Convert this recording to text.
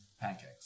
Pancakes